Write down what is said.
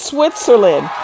Switzerland